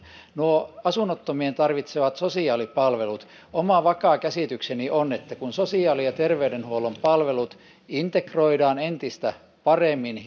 nuo asunnottomien tarvitsemat sosiaalipalvelut oma vakaa käsitykseni on että kun sosiaali ja terveydenhuollon palvelut integroidaan entistä paremmin